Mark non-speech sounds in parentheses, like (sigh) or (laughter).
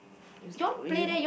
use to (noise)